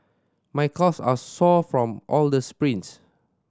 my calves are sore from all the sprints